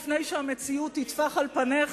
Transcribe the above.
לפני שהמציאות תטפח על פניך,